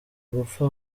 gupfa